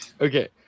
Okay